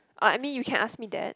ah I mean you can ask me that